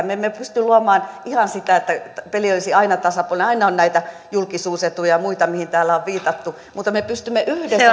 me emme pysty luomaan ihan sitä että peli olisi aina tasapuolinen aina on näitä julkisuusetuja ja muita mihin täällä on viitattu mutta me pystymme